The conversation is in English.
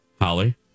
Holly